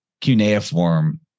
cuneiform